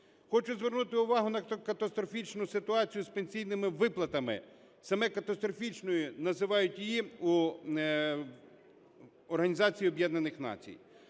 Хочу звернути увагу на ту катастрофічну ситуацію з пенсійними виплатами. Саме катастрофічною називають її в